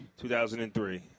2003